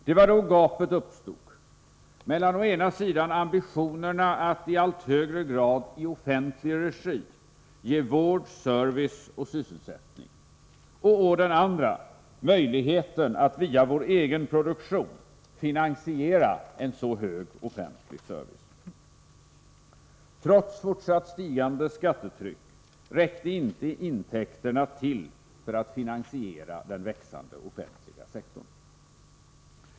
Det var då gapet uppstod mellan å ena sidan ambitionerna att i allt högre grad i offentlig regi ge vård, service och sysselsättning och å den andra möjligheten att via vår egen produktion finansiera en så hög offentlig servicenivå. Trots fortsatt stigande skattetryck räckte inte intäkterna till för att finansiera den växande offentliga sektorn.